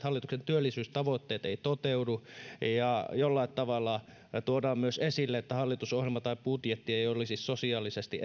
hallituksen työllisyystavoitteet eivät toteudu ja jollain tavalla tuodaan esille myös että hallitusohjelma tai budjetti ei olisi sosiaalisesti